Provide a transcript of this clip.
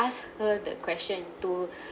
ask her the question to